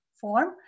form